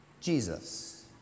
Jesus